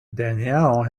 danielle